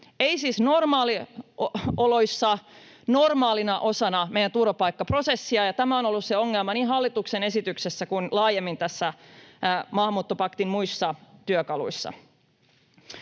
ei siis normaalioloissa, normaalina osana meidän turvapaikkaprosessia. Tämä on ollut se ongelma niin hallituksen esityksessä kuin laajemmin tässä maahanmuuttopaktin muissa työkaluissa.